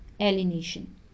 alienation